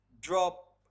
drop